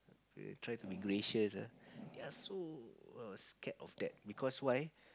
try to be gracious ah they're so scared of that because why